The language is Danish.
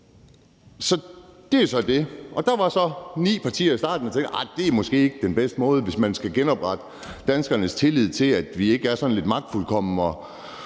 et svar en af dagene. Der var så i starten ni partier, der tænkte, at det måske ikke er den bedste måde, hvis man skal genoprette danskernes tillid til, at vi ikke er lidt magtfuldkomne,